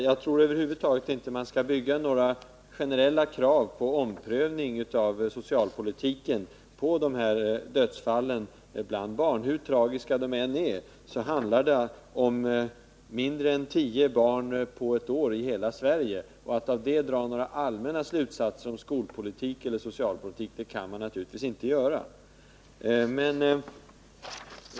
Jag tror över huvud taget inte att man kan grunda ett allmänt krav på omprövning av socialpolitiken på de här dödsfallen bland barn. Hur tragiska de än är, så handlar det om mindre än tio barn på ett år i hela Sverige, och att av det dra några allmänna slutsatser om skolpolitik eller socialpolitik går naturligtvis inte.